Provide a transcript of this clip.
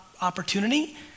opportunity